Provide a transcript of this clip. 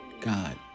God